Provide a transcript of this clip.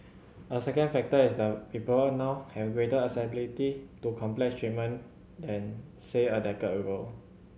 a second factor is that people now have greater accessibility to complex treatment than say a decade ago